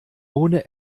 ohne